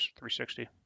360